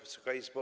Wysoka Izbo!